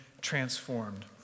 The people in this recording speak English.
transformed